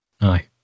Aye